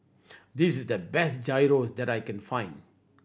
this is the best Gyros that I can find